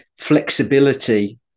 flexibility